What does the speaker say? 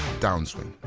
downswing.